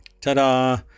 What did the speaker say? Ta-da